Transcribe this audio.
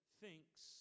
thinks